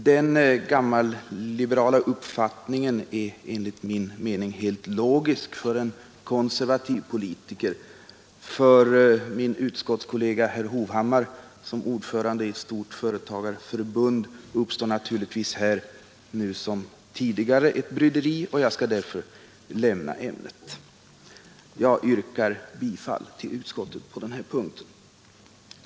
Den gammalliberala uppfattningen är enligt min mening helt logisk för en konservativ politiker. För min utskottskollega herr Hovhammar som ordförande i ett stort företagarförbund uppstår naturligtvis här liksom tidigare ett bryderi, och jag skall därför lämna ämnet. Jag yrkar bifall till utskottets hemställan på den här punkten.